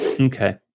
Okay